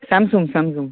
Samsung Samsung